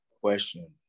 question